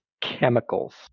chemicals